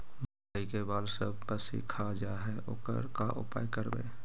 मकइ के बाल सब पशी खा जा है ओकर का उपाय करबै?